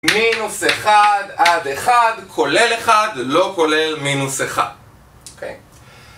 מינוס אחד עד אחד כולל אחד לא כולל מינוס אחד